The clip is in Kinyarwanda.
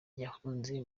yahunze